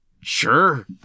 Sure